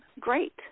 Great